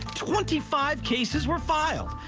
twenty five cases were filed.